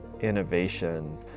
innovation